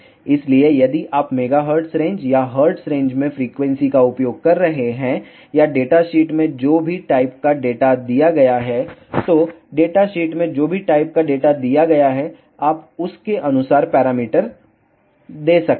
इसलिए यदि आप मेगाहर्ट्ज रेंज या हर्ट्ज रेंज में फ्रीक्वेंसी का उपयोग कर रहे हैं या डेटा शीट में जो भी टाइप का डेटा दिया गया है तो डेटा शीट में जो भी टाइप का डेटा दिया गया है आप उसके अनुसार पैरामीटर दे सकते हैं